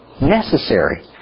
Necessary